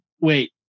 wait